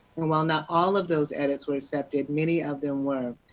and while not all of those edits were accepted, many of them were.